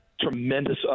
tremendous